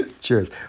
Cheers